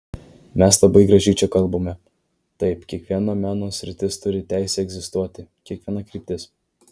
mes labai gražiai čia kalbame taip kiekviena meno sritis turi teisę egzistuoti kiekviena kryptis